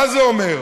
מה זה אומר?